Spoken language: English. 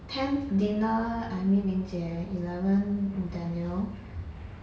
tenth dinner I meet ming jie eleven daniel